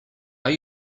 are